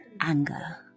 anger